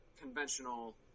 conventional